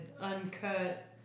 uncut